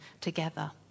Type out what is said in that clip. together